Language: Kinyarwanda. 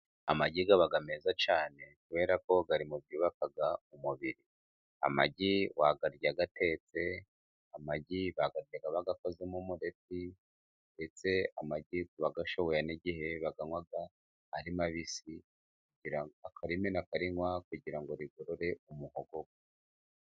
Amagi aba meza cyane kuberako ari mu byubaka umubiri. Amagi wayarya atetse, amagi bayateka bayakozemo umuleti, ndetse amagi abayashoboye hari n'igihe bayanywa ari mabisi, akarimena akarinywa kugira ngo rigorore umuhogo we.